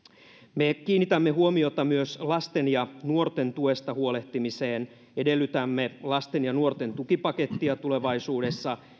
me kiinnitämme huomiota myös lasten ja nuorten tuesta huolehtimiseen edellytämme lasten ja nuorten tukipakettia tulevaisuudessa